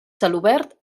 celobert